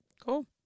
Cool